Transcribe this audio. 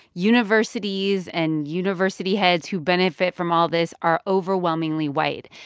universities and university heads who benefit from all this are overwhelmingly white.